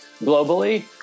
globally